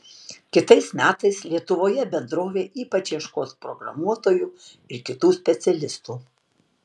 kitais metais lietuvoje bendrovė ypač ieškos programuotojų ir kitų specialistų